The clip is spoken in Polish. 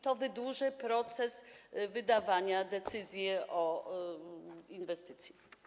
To wydłuży proces wydawania decyzji o inwestycji.